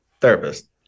therapist